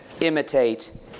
imitate